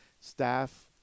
staff